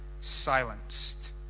silenced